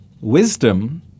wisdom